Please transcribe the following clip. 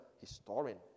historian